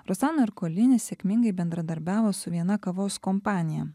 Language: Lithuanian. rosano erkolini sėkmingai bendradarbiavo su viena kavos kompanija